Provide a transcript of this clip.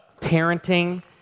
parenting